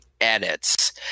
edits